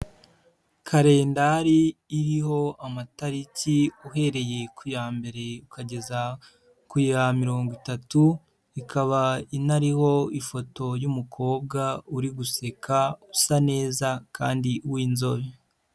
Kalendari iriho amatariki uhereye ku ya mbere ukageza ku ya mirongo itatu, ikaba inariho ifoto y'umukobwa uri guseka usa neza kandi w'inzobe.